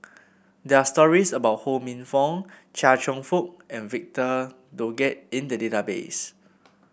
there are stories about Ho Minfong Chia Cheong Fook and Victor Doggett in the database